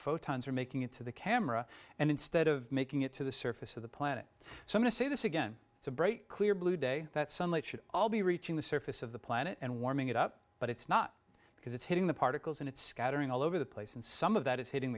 photons are making it to the camera and instead of making it to the surface of the planet so to see this again it's a break clear blue day that sunlight should all be reaching the surface of the planet and warming it up but it's not because it's hitting the particles and it's scattering all over the place and some of that is hitting